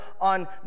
on